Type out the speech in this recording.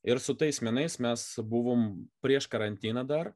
ir su tais menais mes buvom prieš karantiną dar